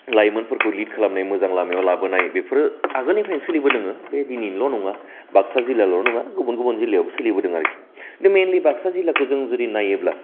लाइमोनफोरखौ लिड खालामनाय मोजां लामायाव लाबोनाय बेफोरो आगोलनिफ्रायनो सोलिबोदोङो बे दिनैनिल' नङा बाक्सा जिल्लायावल' नङा गुबुन गुबुन जिल्लायावबो सोलिबोदों आरखि बे मेइनलि बाक्सा जिल्लाखौ जों नायोब्ला